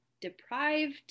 deprived